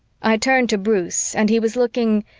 i turned to bruce and he was looking,